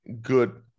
good